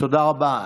תודה רבה.